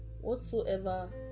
whatsoever